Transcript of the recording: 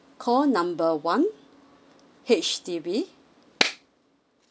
call number one H_D_B